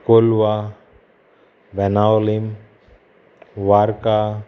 Colva Benaulim Varca